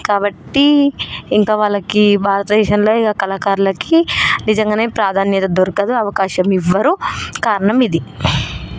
కాబట్టి ఇంక వాళ్ళకి ఈ భారతదేశంలో ఇంక కళకారులకి నిజంగానే ప్రాధాన్యత దొరకదు అవకాశం ఇవ్వరు కారణం ఇది